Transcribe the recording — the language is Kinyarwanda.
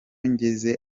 ngeze